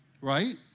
right